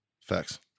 Facts